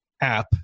app